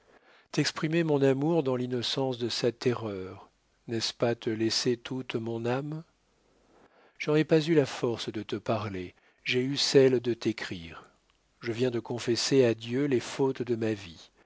t'exprimer mon amour dans l'innocence de sa terreur n'est-ce pas te laisser toute mon âme je n'aurais pas eu la force de te parler j'ai eu celle de t'écrire je viens de confesser à dieu les fautes de ma vie